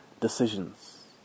decisions